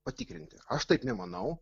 patikrinti aš taip nemanau